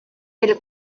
del